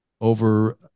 over